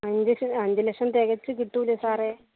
അഞ്ചു ലക്ഷം അഞ്ചു ലക്ഷം തികച്ച് കിട്ടില്ലേ സാറേ